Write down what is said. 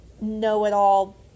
know-it-all